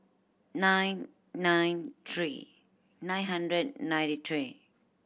nine nine three nine hundred ninety three